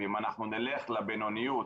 אם אנחנו נלך לבינוניות